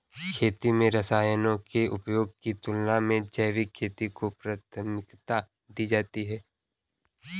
खेती में रसायनों के उपयोग की तुलना में जैविक खेती को प्राथमिकता दी जाती है